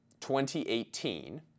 2018